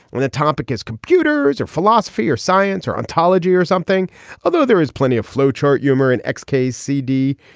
when the topic is computers or philosophy or science or ontology or something although there is plenty of flowchart humor in x case s d.